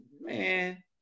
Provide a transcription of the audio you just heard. man